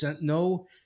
no